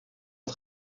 pas